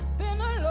been a